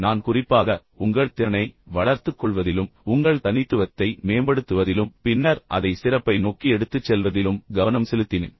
நான் குறிப்பாக உங்கள் திறனை வளர்த்துக் கொள்வதிலும் உங்கள் தனித்துவத்தை மேம்படுத்துவதிலும் பின்னர் அதை சிறப்பை நோக்கி எடுத்துச் செல்வதிலும் செல்வதிலும் கவனம் செலுத்தினேன்